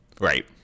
Right